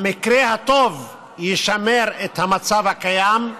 במקרה הטוב ישמר את המצב הקיים,